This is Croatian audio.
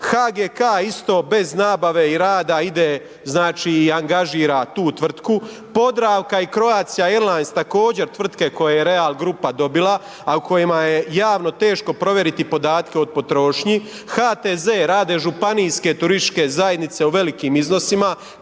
HGK isto bez nabave i rada ide znači i angažira tu tvrtku, Podravka i Croatia airlines također tvrtke koje je Real grupa dobila, a u kojima je javno teško provjeriti podatke o potrošnji, HTZ rade županijske turističke zajednice u velikim iznosima